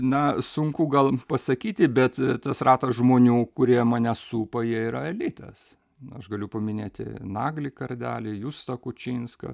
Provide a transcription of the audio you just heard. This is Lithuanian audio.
na sunku gal pasakyti bet tas ratas žmonių kurie mane supa jie yra elitas aš galiu paminėti naglį kardelį justą kučinską